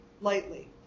lightly